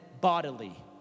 bodily